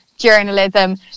Journalism